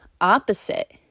opposite